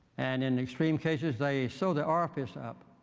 and in extreme cases, they sew the orifice up